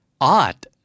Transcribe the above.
Odd